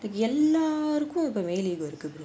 எல்லாருக்கும் அப்போ:ellarukkum appo male ego இருக்குது:irukkuthu